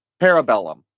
parabellum